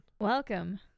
Welcome